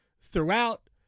throughout